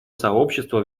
сообщества